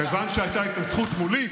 כיוון שהייתה התנצחות מולי,